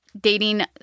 dating